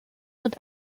und